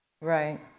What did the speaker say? Right